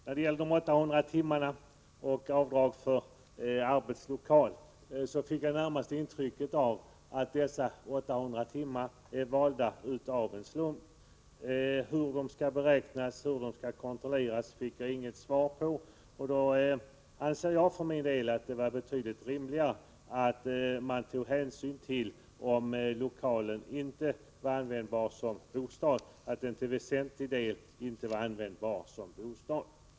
När det gäller de 800 timmarna och avdrag för arbetslokal fick jag närmast ett intryck av att dessa 800 timmar valts av en slump. Frågan hur de skall beräknas och kontrolleras fick jag inget svar på. Då anser jag för min del att det vore betydligt rimligare att man tog hänsyn till om lokalen till väsentlig del inte var användbar som bostad.